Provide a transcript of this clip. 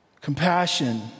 Compassion